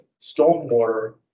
stormwater